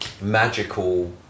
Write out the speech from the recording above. magical